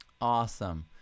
Awesome